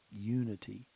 unity